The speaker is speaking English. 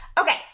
Okay